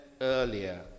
earlier